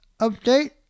update